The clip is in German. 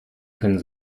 können